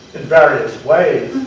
in various ways.